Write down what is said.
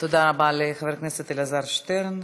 תודה רבה לחבר הכנסת אלעזר שטרן.